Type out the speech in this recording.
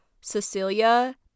Cecilia